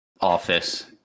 office